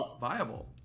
viable